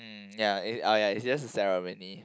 mm ya it ah ya it's just a ceremony